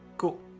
Cool